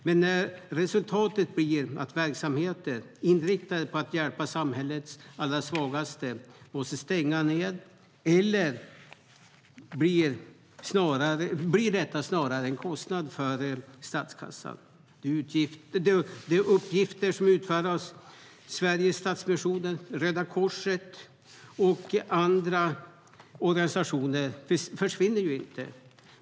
Men när resultatet är att verksamheter inriktade på att hjälpa samhällets allra svagaste måste stänga ned blir detta snarare en kostnad för statskassan. De uppgifter som utförs av Sveriges Stadsmissioner, Röda Korset och andra organisationer försvinner ju inte.